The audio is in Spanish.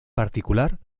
particular